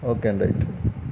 okay అండి right